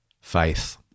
Faith